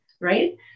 Right